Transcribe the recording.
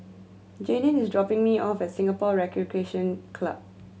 Jadyn is dropping me off at Singapore Recreation Club